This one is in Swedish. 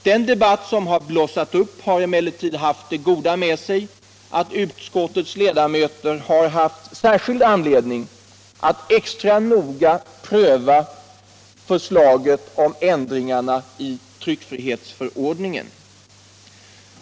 Den debatt som sedan blossat upp har haft det goda med sig att utskottets ledamöter fått särskild anledning att extra noga pröva förslaget om ändringar i tryckfrihetsförordningen.